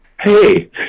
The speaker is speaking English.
Hey